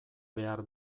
behar